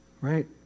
right